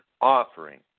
offering